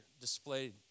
displayed